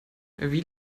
wie